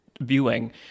viewing